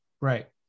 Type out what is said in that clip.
Right